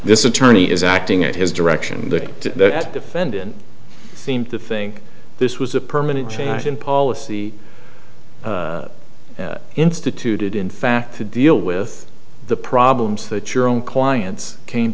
this attorney is acting at his direction the defendant seemed to think this was a permanent change in policy instituted in fact to deal with the problems that your own clients came